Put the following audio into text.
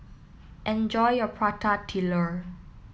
enjoy your Prata Telur